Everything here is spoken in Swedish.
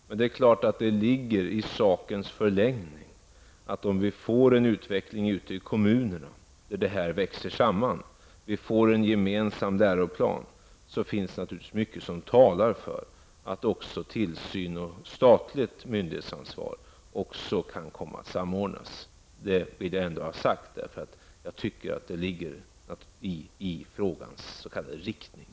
Men det är klart att det ligger i sakens förlängning att om vi får en utveckling ute i kommunerna där det här växer samman och om vi får en gemensam läroplan, finns det naturligtvis mycket som talar för att också tillsyn och statligt myndighetsansvar kan komma att samordnas. Det vill jag ändå ha sagt, eftersom jag tycker att det ligger i frågans riktning.